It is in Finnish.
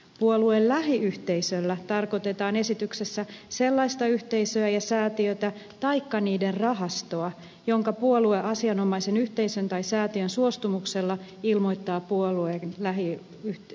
puolueen lähiyhteisöllä tarkoitetaan esityksessä sellaista yhteisöä ja säätiötä taikka niiden rahastoa jonka puolue asianomaisen yhteisön tai säätiön suostumuksella ilmoittaa puolueen lähiyhteisöksi